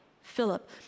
Philip